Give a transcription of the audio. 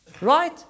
Right